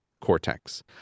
cortex